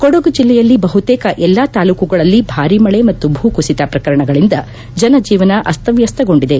ಕೊಡಗು ಜಲ್ಲೆಯಲ್ಲಿ ಬಹುತೇಕ ಎಲ್ಲಾ ತಾಲ್ಲೂಕುಗಳಲ್ಲಿ ಭಾರಿ ಮಳೆ ಮತ್ತು ಭೂ ಕುಸಿತ ಪ್ರಕರಣಗಳಿಂದ ಜನಜೀವನ ಅಸ್ತವಸ್ತಗೊಂಡಿದೆ